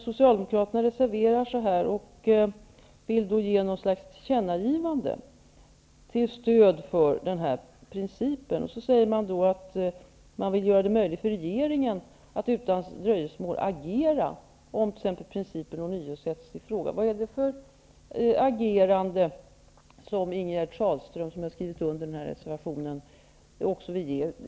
Socialdemokraterna reserverar sig och gör ett slags tillkännagivande till stöd för denna princip, där man framhåller att man vill göra det möjligt för regeringen att utan dröjsmål agera om t.ex. principen ånyo sätts i fråga. Vad är det för agerande som Ingegerd Sahlström, som har skrivit under reservationen, vill se?